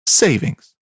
savings